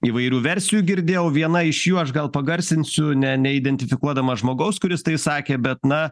įvairių versijų girdėjau viena iš jų aš gal pagarsinsiu ne neidentifikuodamas žmogaus kuris tai sakė bet na